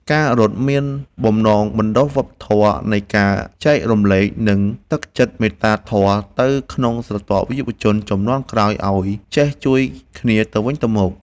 ការរត់មានបំណងបណ្ដុះវប្បធម៌នៃការចែករំលែក និងទឹកចិត្តមេត្តាធម៌នៅក្នុងស្រទាប់យុវជនជំនាន់ក្រោយឱ្យចេះជួយគ្នាទៅវិញទៅមក។